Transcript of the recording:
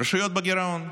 הרשויות בגירעון.